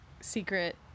secret